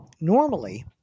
normally